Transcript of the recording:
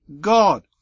God